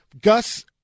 Gus